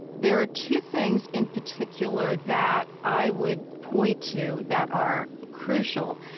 there are two things in particular that i would point to that are crucial.